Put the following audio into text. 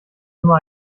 immer